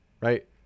right